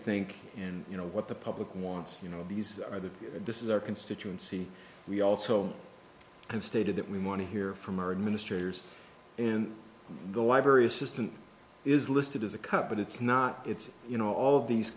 think and you know what the public wants you know these are the this is our constituency we also have stated that we want to hear from our administrators and the library assistant is listed as a cut but it's not it's you know all of these